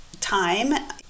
time